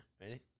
Ready